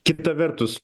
kita vertus